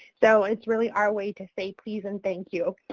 so it's really our way to say please and thank you.